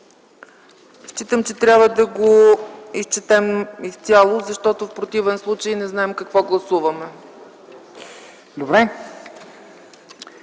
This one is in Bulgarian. считам, че трябва да го изчетем изцяло, защото в противен случай няма да знаем какво гласуваме.